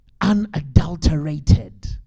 Unadulterated